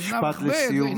משפט לסיום,